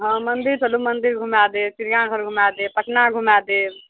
हँ मन्दिर चलू मन्दिर घुमा देब चिड़ियाघर घुमा देब पटना घुमा देब